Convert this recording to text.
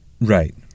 Right